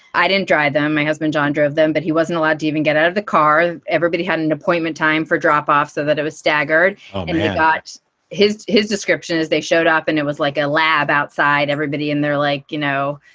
i didn't drive them. my husband john drove them, but he wasn't allowed to even get out of the car. everybody had an appointment time for drop off so that i was staggered when they got his his description is they showed up and it was like a lab outside. everybody in there, like, you know,